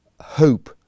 Hope